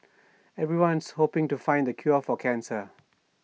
everyone's hoping to find the cure for cancer